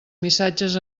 missatges